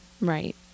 Right